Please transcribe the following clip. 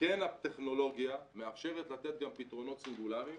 והטכנולוגיה מאפשרת לתת גם פתרונות סינגולריים